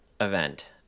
event